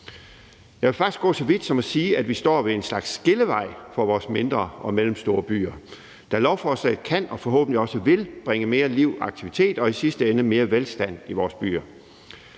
Jeg vil faktisk gå så vidt som til at sige, at vi står ved en skillevej for vores mindre og mellemstore byer, da lovforslaget kan og forhåbentlig også vil bringe mere liv og aktivitet og i sidste ende mere velstand i vores byer.